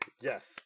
yes